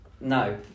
No